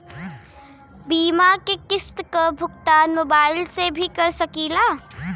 बीमा के किस्त क भुगतान मोबाइल से भी कर सकी ला?